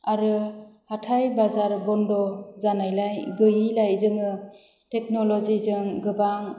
आरो हाथाइ बाजार बन्द जानायलाय गैयैलाय जोङो टेक्नल'जिजों गोबां